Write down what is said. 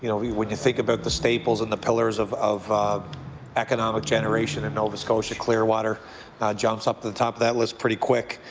you know when you think about the staples and the pillars of of economic generation in nova scotia clearwater jumps up to the top of that list pretty quick.